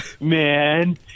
man